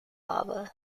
lava